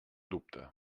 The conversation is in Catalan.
dubte